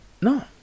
No